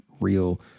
real